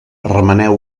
remeneu